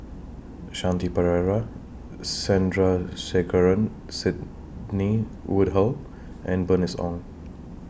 Shanti Pereira Sandrasegaran Sidney Woodhull and Bernice Ong